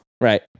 Right